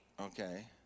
Okay